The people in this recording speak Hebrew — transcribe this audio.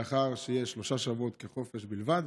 לאחר שלושה שבועות חופשה בלבד.